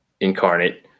incarnate